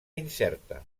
incerta